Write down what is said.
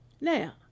Now